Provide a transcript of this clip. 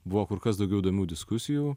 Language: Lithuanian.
buvo kur kas daugiau įdomių diskusijų